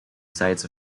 sites